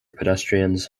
pedestrians